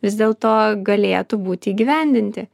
vis dėlto galėtų būti įgyvendinti